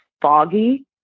foggy